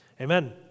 Amen